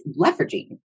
leveraging